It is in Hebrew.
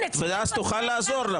אז תוכל לעזור לו.